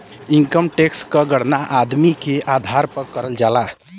income tax क गणना आमदनी के आधार पर करल जाला